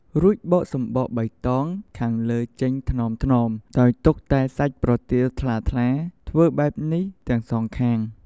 រួចបកសំបកបៃតងខាងលើចេញថ្នមៗ ដោយទុកតែសាច់ប្រទាលថ្លាៗ ធ្វើបែបនេះទាំងសងខាង។